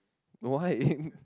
why